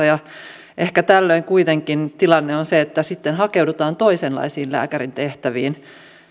ja ehkä tällöin kuitenkin tilanne on se että sitten hakeudutaan toisenlaisiin lääkärin tehtäviin